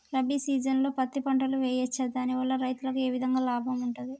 రబీ సీజన్లో పత్తి పంటలు వేయచ్చా దాని వల్ల రైతులకు ఏ విధంగా లాభం ఉంటది?